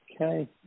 Okay